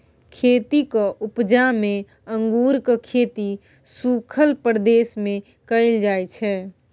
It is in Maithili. खेतीक उपजा मे अंगुरक खेती सुखल प्रदेश मे कएल जाइ छै